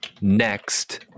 next